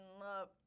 love